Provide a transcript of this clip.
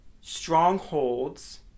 strongholds